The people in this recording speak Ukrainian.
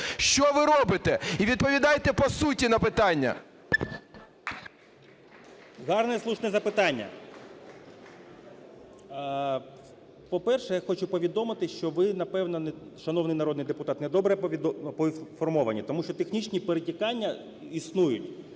Що ви робите? І відповідайте по суті на питання. 10:51:02 ШУБІН В.М. Гарне і слушне запитання. По-перше, я хочу повідомити, що ви, напевно, шановний народний депутат, недобре проінформовані, тому що технічні перетікання існують.